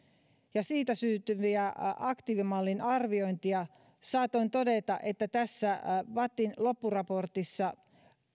ja siitä syntyviä aktiivimallin arviointeja saatoin todeta että tässä vattin loppuraportissa